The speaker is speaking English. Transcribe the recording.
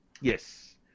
Yes